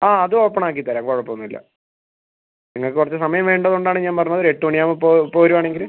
ആ അത് ഓപ്പൺ ആക്കിത്തരാം കുഴപ്പം ഒന്നും ഇല്ല നിങ്ങൾക്ക് കുറച്ച് സമയം വേണ്ടതുകൊണ്ട് ആണ് ഞാൻ പറഞ്ഞത് ഒരു എട്ട് മണി ആവുമ്പം ഇപ്പം ഇപ്പം വരുവാണെങ്കിൽ